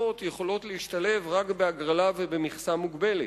יכולות להשתלב רק בהגרלה ובמכסה מוגבלת.